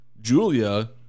Julia